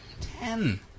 ten